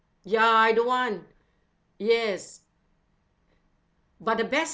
ya I don't want yes but the best